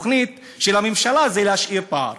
התוכנית של הממשלה היא להשאיר פער.